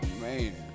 Man